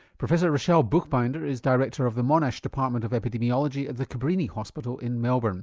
professor rachelle buchbinder is director of the monash department of epidemiology at the cabrini hospital in melbourne.